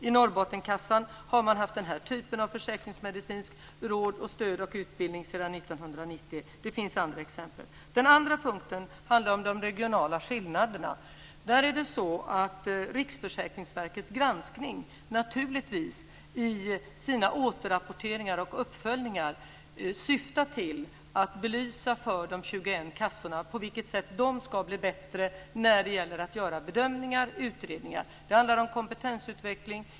På Norrbottenkassan har man givit denna typ av försäkringsmedicinska råd och stöd och utbildning sedan 1990. Det finns andra exempel. Den andra punkten handlar om de regionala skillnaderna. Där är det så att Riksförsäkringsverkets granskning, återrapporteringar och uppföljningar naturligtvis syftar till att belysa på vilket sätt de 21 kassorna ska bli bättre när det gäller att göra bedömningar och utredningar. Det handlar om kompetensutveckling.